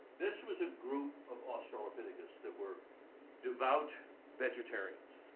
this was a group of australopithecus that were devout vegetarians.